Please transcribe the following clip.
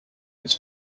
its